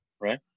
right